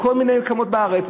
בכל מיני מקומות בארץ,